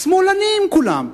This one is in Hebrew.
שמאלנים כולם.